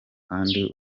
kandi